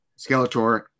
Skeletor